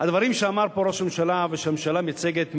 שאמר פה ראש הממשלה ושהממשלה מייצגת,